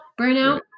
burnout